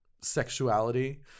sexuality